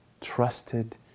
trusted